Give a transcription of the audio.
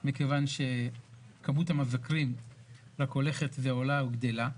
מכיוון שכמות המבקרים רק הולכת ועולה וגדלה.